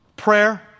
Prayer